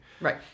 Right